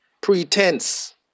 Pretense